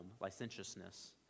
licentiousness